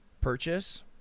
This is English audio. purchase